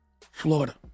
Florida